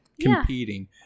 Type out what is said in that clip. competing